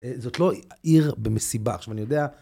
זאת לא עיר במסיבה. עכשיו, אני יודע...